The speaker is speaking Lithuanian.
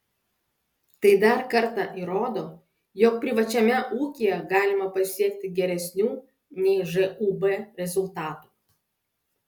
tai dar kartą įrodo jog privačiame ūkyje galima pasiekti geresnių nei žūb rezultatų